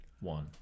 one